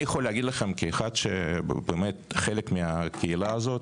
אני יכול להגיד לכם כאחד שהוא באמת חלק מהקהילה הזאת,